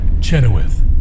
Chenoweth